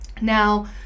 now